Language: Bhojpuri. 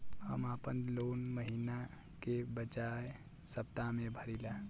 हम आपन लोन महिना के बजाय सप्ताह में भरीला